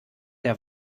der